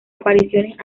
apariciones